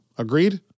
Agreed